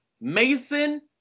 Mason